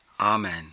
Amen